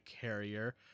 carrier